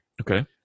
Okay